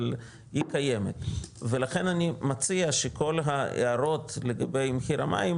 אבל היא קיימת ולכן אני מציע שכל ההערות לגבי מחיר המים,